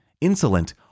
insolent